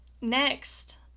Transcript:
Next